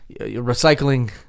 Recycling